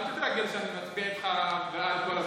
אל תתרגל שאני אצביע איתך בעד כל הזמן.